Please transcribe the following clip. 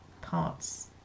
parts